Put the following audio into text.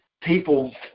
people